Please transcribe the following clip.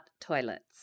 toilets